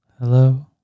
Hello